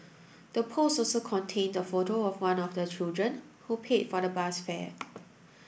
the post also contained a photo of one of the children who paid for the bus fare